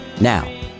Now